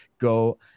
go